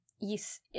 Yes